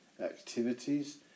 activities